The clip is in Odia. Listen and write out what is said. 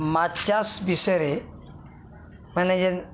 ମାଛ୍ ଚାଷ୍ ବିଷୟରେ ମାନେ ଯେନ୍